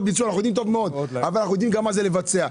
ביצוע אבל אנחנו גם יודעים מה זה לבצע.